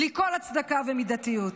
בלי כל הצדקה ומידתיות.